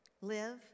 live